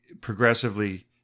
progressively